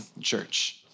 church